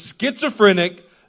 schizophrenic